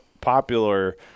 popular